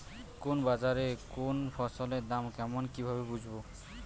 কোন বাজারে কোন ফসলের দাম কেমন কি ভাবে বুঝব?